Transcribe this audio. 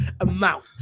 amount